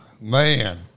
man